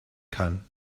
kann